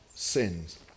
Sins